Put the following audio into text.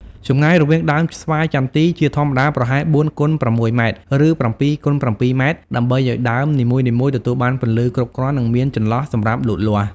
ចម្ងាយរវាងដើមស្វាយចន្ទី ជាធម្មតាប្រហែល ៦ គុណ ៦ ម៉ែត្រ ឬ ៧ គុណ ៧ ម៉ែត្រ ដើម្បីឱ្យដើមនីមួយៗទទួលបានពន្លឺគ្រប់គ្រាន់ និងមានចន្លោះសម្រាប់លូតលាស់។